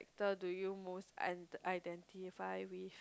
~ter do you most id~ identify with